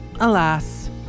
alas